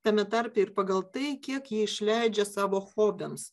tame tarpe ir pagal tai kiek ji išleidžia savo hobiams